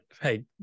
hey